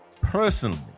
personally